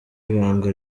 ibanga